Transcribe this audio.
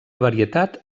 varietat